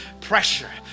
pressure